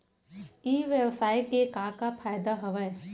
ई व्यवसाय के का का फ़ायदा हवय?